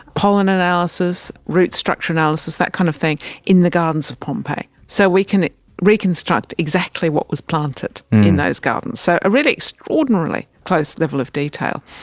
pollen analysis, root structure analysis, that kind of thing in the gardens of pompeii. so we can reconstruct exactly what was planted in those gardens. so a really extraordinarily close level of detail.